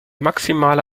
maximale